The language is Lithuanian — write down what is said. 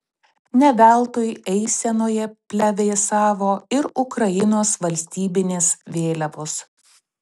ne veltui eisenoje plevėsavo ir ukrainos valstybinės vėliavos